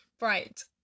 right